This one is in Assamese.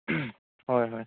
হয় হয়